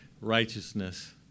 righteousness